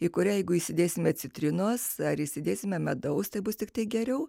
į kurią jeigu įsidėsime citrinos ar įsidėsime medaus tai bus tiktai geriau